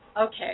Okay